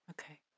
okay